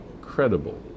credible